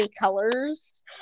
colors